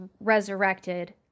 resurrected